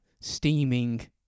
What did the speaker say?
steaming